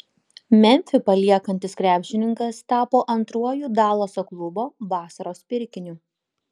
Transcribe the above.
memfį paliekantis krepšininkas tapo antruoju dalaso klubo vasaros pirkiniu